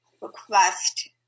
request